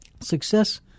success